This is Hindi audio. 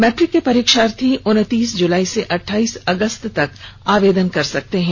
मैट्रिक के परीक्षार्थी उन्तीस जुलाई से अठाईस अगस्त तक आर्वेदन कर सकते हैं